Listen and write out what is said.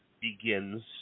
begins